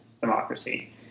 democracy